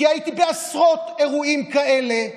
כי הייתי בעשרות אירועים כאלה,